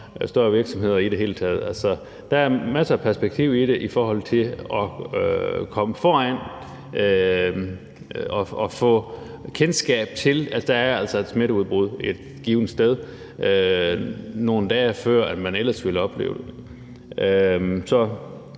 større virksomheder i det hele taget. Der er masser af perspektiv i det i forhold til at komme foran og få kendskab til, at der altså er et smitteudbrud et givent sted, nogle dage før man ellers ville opleve det.